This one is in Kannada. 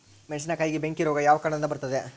ಮೆಣಸಿನಕಾಯಿಗೆ ಬೆಂಕಿ ರೋಗ ಯಾವ ಕಾರಣದಿಂದ ಬರುತ್ತದೆ?